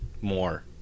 more